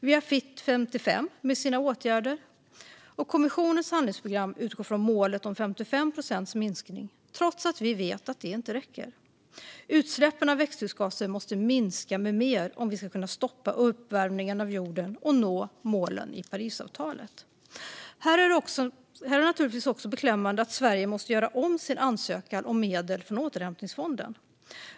Vi har Fit for 55 med dess åtgärder, och kommissionens handlingsprogram utgår från målet om 55 procents minskning trots att vi vet att det inte räcker. Utsläppen av växthusgaser måste minska med mer om vi ska kunna stoppa uppvärmningen av jorden och nå målen i Parisavtalet. Här är det naturligtvis också beklämmande att Sverige måste göra om sin ansökan om medel från återhämtningsfonden.